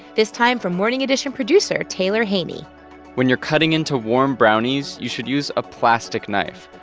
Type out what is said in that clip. this time from morning edition producer taylor haney when you're cutting into warm brownies, you should use a plastic knife.